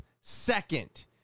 second